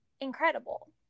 incredible